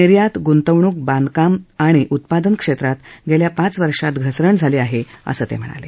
निर्यात गुंतवणूक बांधकाम आणि उत्पादन क्षेत्रात गेल्या पाच वर्षात घसरण झाली आहे असं ते म्हणाले